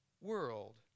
world